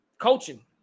coaching